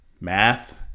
math